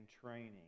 training